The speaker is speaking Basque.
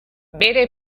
bere